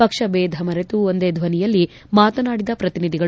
ಪಕ್ಷಬೇಧ ಮರೆತು ಒಂದೇ ಧ್ವನಿಯಲ್ಲಿ ಮಾತನಾಡಿದ ಪ್ರತಿನಿಧಿಗಳು